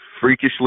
freakishly